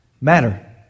matter